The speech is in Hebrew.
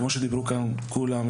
כמו שדיברו כאן כולם,